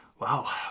Wow